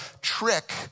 trick